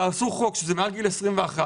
תעשו חוק שזה מעל גיל 21,